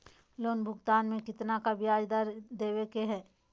Loan भुगतान में कितना का ब्याज दर देवें के बा?